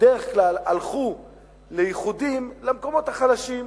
בדרך כלל הלכו לאיחודים במקומות החלשים,